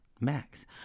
Max